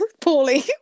poorly